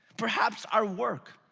perhaps our work.